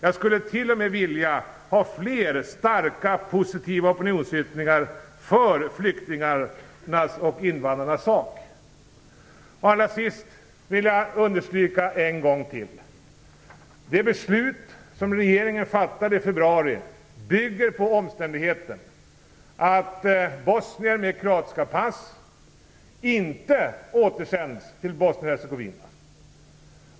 Jag skulle t.o.m. vilja ha fler starka, positiva opinionsyttringar för flyktingarnas och invandrarnas sak. Allra sist vill jag en gång till understryka: Det beslut som regeringen fattade i februari bygger på den omständigheten att bosnier med kroatiska pass inte återsänds till Bosnien-Hercegovina.